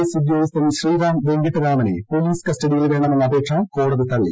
S ഉദ്യോഗസ്ഥൻ ശ്രീറാം വെങ്കിട്ടരാമനെ police കസ്റ്റഡിയിൽ വേണമെന്ന അപേക്ഷ കോടതി തള്ളി